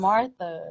Martha